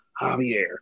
Javier